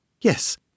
Yes